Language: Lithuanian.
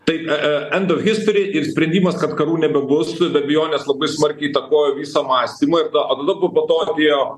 tai e end of history ir sprendimas kad karų nebebus be abejonės labai smarkiai įtakojo visą mąstymą ir tada a tada a po to atėjo